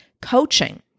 coaching